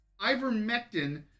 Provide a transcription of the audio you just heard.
ivermectin